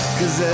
Cause